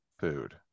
Food